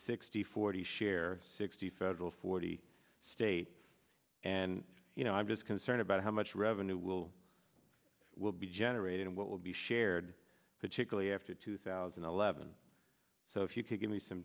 sixty forty share sixty federal forty state and you know i'm just concerned about how much revenue will will be generated and what will be shared particularly after two thousand and eleven so if you could give me some